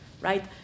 right